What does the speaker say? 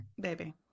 Baby